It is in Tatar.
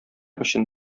өчен